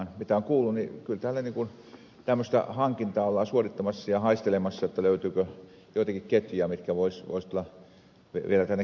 mitä on kuullut niin kyllä täällä tämmöistä hankintaa ollaan suorittamassa ja haistelemassa löytyykö joitakin ketjuja jotka voisivat tulla vielä tänne kilpailemaan